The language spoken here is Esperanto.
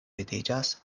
vidiĝas